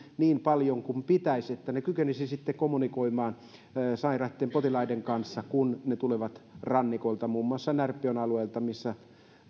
niin paljon kuin pitäisi niin että he kykenisivät kommunikoimaan sairaiden potilaiden kanssa jotka tulevat rannikolta muun muassa närpiön alueelta mistä